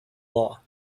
law